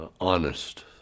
honest